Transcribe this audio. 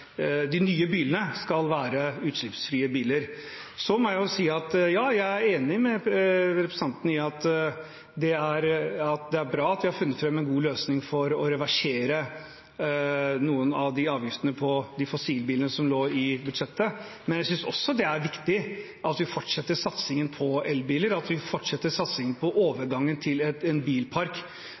utslippsfrie biler. Så må jeg si at jeg er enig med representanten i at det er bra at vi har funnet fram til en god løsning for å reversere noen av de avgiftene på fossilbiler som lå i budsjettet. Men jeg synes også det er viktig at vi fortsetter satsingen på elbiler, og at vi fortsetter satsingen på overgangen til en bilpark